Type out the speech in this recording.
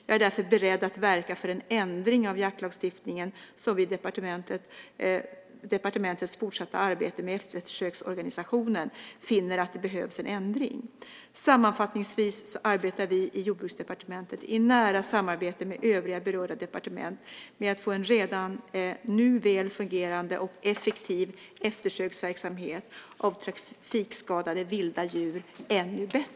Jag är därför beredd att verka för en ändring av jaktlagstiftningen om vi i departementets fortsatta arbete med eftersöksorganisationen finner att det behövs en ändring. Sammanfattningsvis så arbetar vi i Jordbruksdepartementet i nära samarbete med övriga berörda departement med att få en redan nu väl fungerade och effektiv eftersöksverksamhet av trafikskadade vilda djur ännu bättre.